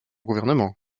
gouvernement